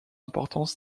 importance